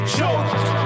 choked